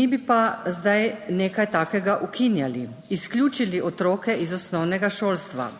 mi bi pa zdaj nekaj takega ukinjali, izključili otroke iz osnovnega šolstva.